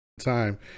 time